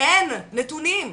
אין נתונים.